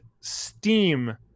Steam